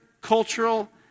cultural